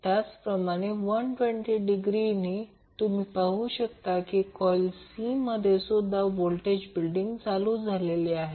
त्याचप्रमाणे नंतर 120 डिग्रीने तुम्ही पाहू शकता की कॉइल C मध्ये सुद्धा व्होल्टेज बिल्डिंग चालू झाली आहे